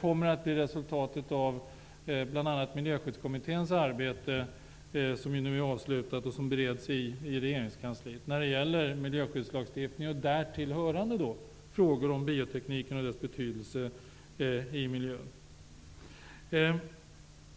kommer resultatet av bl.a. Miljöskyddskommitténs arbete -- det är avslutat och bereds nu i regeringskansliet -- när det gäller miljöskyddslagstitftning och därtill hörande frågor om biotekniken och dess betydelse för miljön.